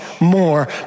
more